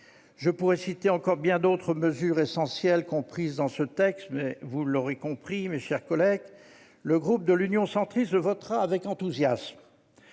Je pourrais citer encore bien d'autres mesures essentielles comprises dans ce texte, mais vous l'aurez compris, mes chers collègues, le groupe Union Centriste votera en sa faveur avec enthousiasme.